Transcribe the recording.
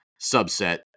subset